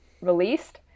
released